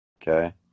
Okay